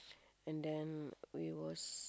and then we was